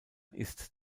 ist